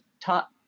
taught